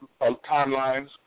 timelines